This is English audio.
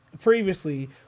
Previously